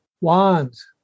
Wands